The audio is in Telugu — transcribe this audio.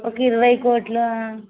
ఒక్క ఇరవై కోట్లు